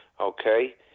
Okay